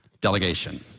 delegation